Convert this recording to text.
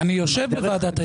אני יושב בוועדת היישום.